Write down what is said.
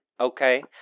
Okay